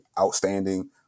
outstanding